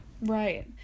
Right